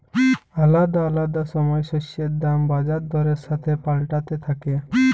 আলাদা আলাদা সময় শস্যের দাম বাজার দরের সাথে পাল্টাতে থাক্যে